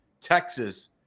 Texas